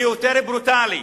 ליותר ברוטלי,